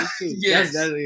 Yes